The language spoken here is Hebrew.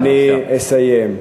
אני אסיים.